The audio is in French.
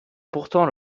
pourtant